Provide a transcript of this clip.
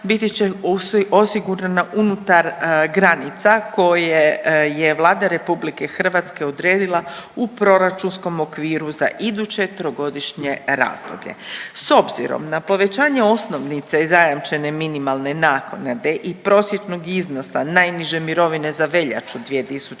biti će osigurana unutar granica koje je Vlada RH odredila u proračunskom okviru za iduće trogodišnje razdoblje. S obzirom na povećanje osnovice i zajamčene minimalne naknade i prosječnog iznosa najniže mirovine za veljaču 2023.